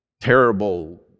terrible